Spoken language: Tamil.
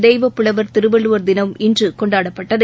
தெய்வப்புலவர் திருவள்ளுவர் தினம் இன்றுகொண்டாடப்பட்டது